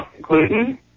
gluten